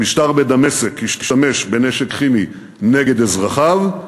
המשטר בדמשק השתמש בנשק כימי נגד אזרחיו,